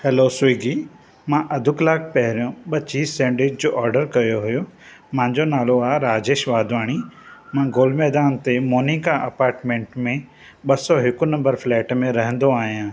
हलो Swiggy मां अधु कलाकु पहिरियों ॿ चीज़ सैंडविच जो ऑर्डर कयो हुयो मुंहिंजो नालो आहे राजेश वाधवाणी मां गोल्ड मैदान ते मोनिका अपार्टमेंट में ॿ सौ हिकु नंबर फ्लैट में रहंदो आहियां